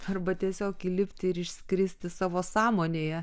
arba tiesiog įlipti ir išskristi savo sąmonėje